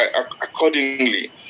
accordingly